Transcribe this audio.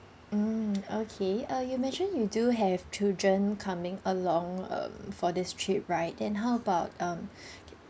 mm okay uh you mentioned you do have children coming along um for this trip right then how about um